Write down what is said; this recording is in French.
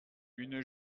une